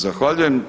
Zahvaljujem.